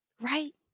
right